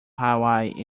hawaii